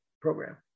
program